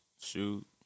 shoot